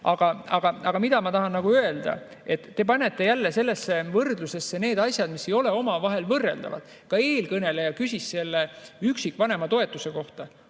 Aga mida ma veel tahan öelda: te panete jälle sellesse võrdlusesse asjad, mis ei ole omavahel võrreldavad. Ka eelkõneleja küsis üksikvanema toetuse kohta.